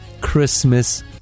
Christmas